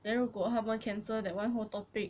then 如果他们 cancel that one whole topic